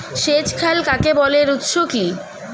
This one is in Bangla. সেচ খাল কাকে বলে এর উৎস কি?